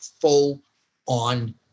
full-on